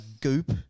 goop